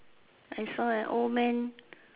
I saw an old man